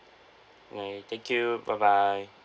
K thank you bye bye